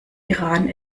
iran